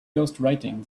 ghostwriting